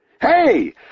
Hey